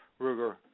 Ruger